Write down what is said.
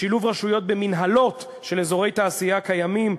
שילוב רשויות במינהלות של אזורי תעשייה קיימים,